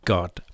God